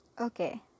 Okay